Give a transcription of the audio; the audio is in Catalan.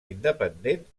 independent